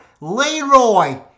Leroy